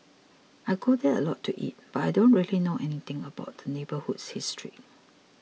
I go there a lot to eat but I don't really know anything about the neighbourhood's history